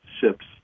ships